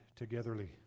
togetherly